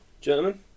gentlemen